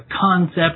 concept